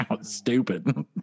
Stupid